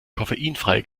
koffeinfreie